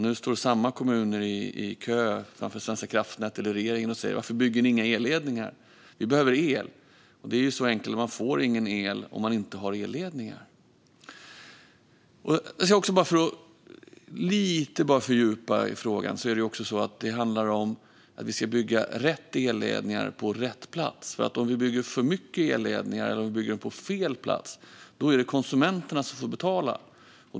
Nu står samma kommuner i kö framför Svenska kraftnät eller regeringen och säger: Varför bygger ni inga elledningar? Vi behöver el! Man får ingen el om man inte har elledningar - så enkelt är det. Låt mig även säga, för att bara lite fördjupa frågan, att det också handlar om att bygga rätt elledningar på rätt plats. Om vi bygger för mycket elledningar eller om vi bygger dem på fel plats är det konsumenterna som får betala.